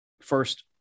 first